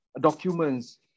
documents